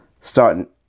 starting